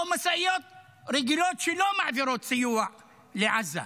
או משאיות רגילות שלא מעבירות סיוע לעזה: